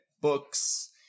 books